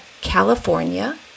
California